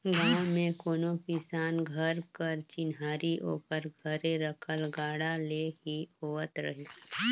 गाँव मे कोनो किसान घर कर चिन्हारी ओकर घरे रखल गाड़ा ले ही होवत रहिस